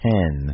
Ten